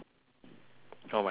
oh my goodness help